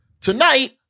Tonight